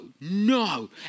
no